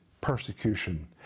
persecution